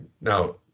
Now